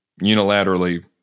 unilaterally